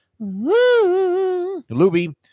Luby